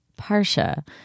Parsha